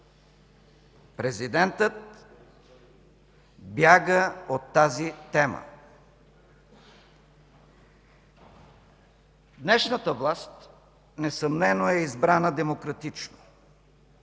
Президентът бяга от тази тема. Днешната власт несъмнено е избрана демократично.